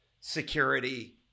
security